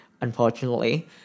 unfortunately